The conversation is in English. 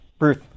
Ruth